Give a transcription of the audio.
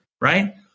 right